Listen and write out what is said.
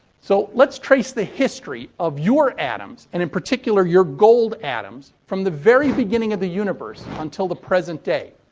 so, let's trace the history of your atoms, and in particular, your gold atoms, from the very beginning of the universe until the present day.